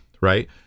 right